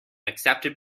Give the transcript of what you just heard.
accepted